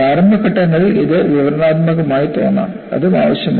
പ്രാരംഭ ഘട്ടങ്ങളിൽ ഇത് വിവരണാത്മകമായി തോന്നാം അതും ആവശ്യമാണ്